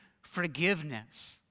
forgiveness